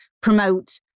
promote